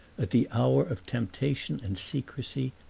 at the hour of temptation and secrecy,